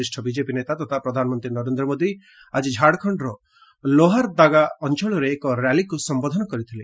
ବରିଷ୍ଠ ବିକେପି ନେତା ତଥା ପ୍ରଧାନମନ୍ତ୍ରୀ ନରେନ୍ଦ୍ର ମୋଦି ଆଜି ଝାଡ଼ଖଣ୍ଡର ଲୋହାରଦାଗା ଅଞ୍ଚଳରେ ଏକ ର୍ୟାଲିକୁ ସମ୍ବୋଧନ କରିଥିଲେ